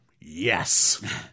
yes